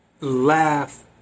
Laugh